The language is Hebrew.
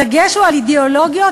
הדגש הוא על אידיאולוגיות,